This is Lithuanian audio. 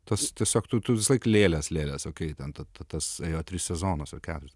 tas tiesiog tu tu visąlaik lėlės lėlės okey ten tas ėjo tris sezonus ar keturis